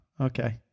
okay